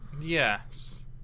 Yes